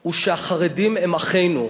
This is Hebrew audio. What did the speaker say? הוא שהחרדים הם אחינו.